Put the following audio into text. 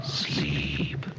sleep